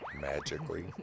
Magically